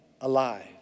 alive